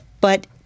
But-